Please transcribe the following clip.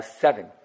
seven